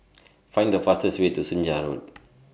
Find The fastest Way to Senja Road